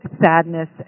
sadness